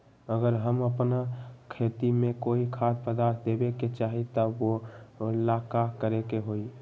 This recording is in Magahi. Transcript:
अगर हम अपना खेती में कोइ खाद्य पदार्थ देबे के चाही त वो ला का करे के होई?